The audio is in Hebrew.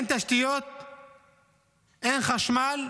אין חשמל,